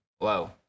wow